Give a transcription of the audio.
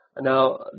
Now